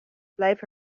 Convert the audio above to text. blijf